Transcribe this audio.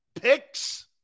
picks